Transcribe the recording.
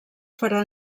farà